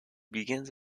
begins